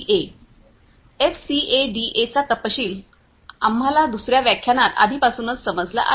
एससीएडीएचा तपशील आम्हाला दुसर्या व्याख्यानात आधीपासून समजला आहे